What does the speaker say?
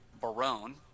barone